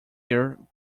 year